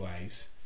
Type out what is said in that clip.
ways